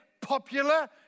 popular